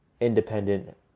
independent